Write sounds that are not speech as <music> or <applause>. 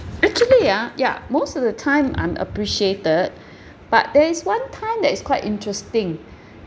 actually ah ya most of the time I'm appreciated <breath> but there is one time that is quite interesting <breath>